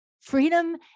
Freedom